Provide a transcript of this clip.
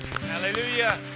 Hallelujah